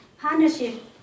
Partnership